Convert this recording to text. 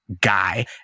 guy